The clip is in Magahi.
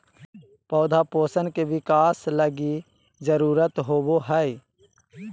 पौधा पोषण के बिकास लगी जरुरत होबो हइ